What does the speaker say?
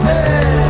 Hey